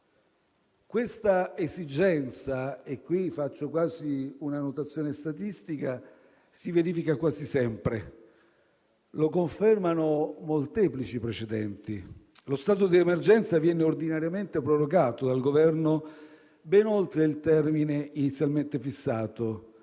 Quest'esigenza - e qui faccio una notazione statistica - si verifica quasi sempre, come confermano molteplici precedenti: lo stato d'emergenza viene ordinariamente prorogato dal Governo ben oltre il termine inizialmente fissato.